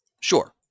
Sure